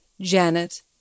Janet